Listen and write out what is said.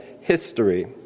history